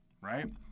right